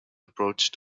approach